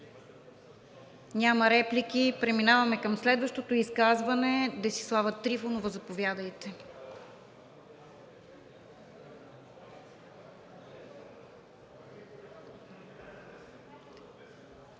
Няма. Преминаваме към следващото изказване – Десислава Трифонова, заповядайте.